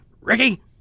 ricky